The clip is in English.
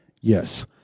Yes